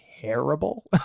terrible